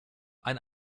ein